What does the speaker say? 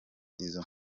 izo